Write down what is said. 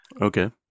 Okay